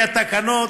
כי התקנות,